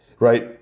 Right